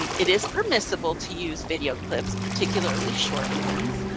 um it is permissible to use video clips particularly short ones